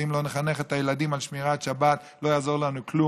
ואם לא נחנך את הילדים על שמירת שבת לא יעזור לנו כלום.